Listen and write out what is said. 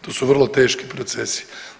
To su vrlo teški procesi.